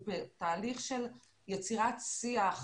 הוא תהליך של יצירת שיח,